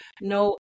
no